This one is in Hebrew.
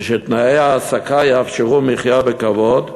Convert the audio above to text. ושתנאי ההעסקה יאפשרו מחיה בכבוד,